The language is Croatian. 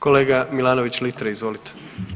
Kolega Milanović Litre, izvolite.